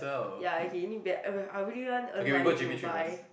ya okay need bet uh I really want earn money to buy